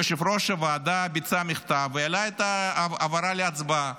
יושב-ראש הוועדה ביצע מחטף והעלה את ההעברה להצבעה.